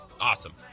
Awesome